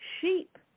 sheep